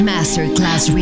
Masterclass